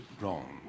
wrong